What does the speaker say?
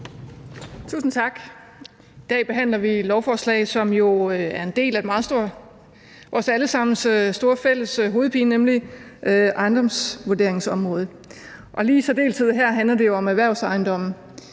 Tusind tak. I dag behandler vi et lovforslag, som jo er en del af vores alle sammens store fælles hovedpine, nemlig ejendomsvurderingsområdet, og lige i særdeleshed her handler det jo om erhvervsejendomme.